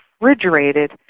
refrigerated